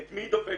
ואת מי היא דופקת?